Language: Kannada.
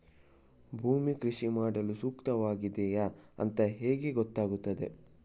ಭೂಮಿ ಕೃಷಿ ಮಾಡಲು ಸೂಕ್ತವಾಗಿದೆಯಾ ಅಂತ ಹೇಗೆ ಗೊತ್ತಾಗುತ್ತದೆ?